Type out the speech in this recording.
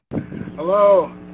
Hello